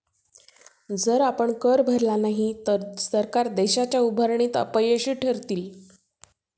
जर आपण कर भरला नाही तर सरकार देशाच्या उभारणीत अपयशी ठरतील